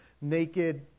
naked